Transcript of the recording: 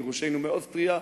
גירושנו מאוסטריה.